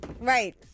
Right